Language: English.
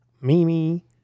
Mimi